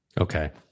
Okay